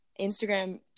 Instagram